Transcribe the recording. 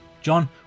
John